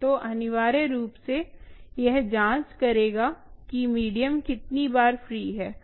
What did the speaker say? तो अनिवार्य रूप से यह जांच करेगा कि मीडियम कितनी बार फ्री है